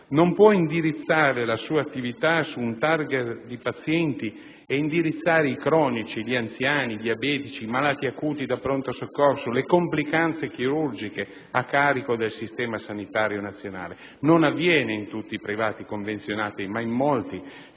non può indirizzare la sua attività su un *target* di pazienti e indirizzare i cronici, gli anziani, i diabetici, i malati acuti da pronto soccorso, le complicanze chirurgiche a carico del sistema sanitario nazionale: signori Sottosegretari, ciò non avviene in tutti i privati convenzionati, ma in molti